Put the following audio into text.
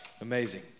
Amazing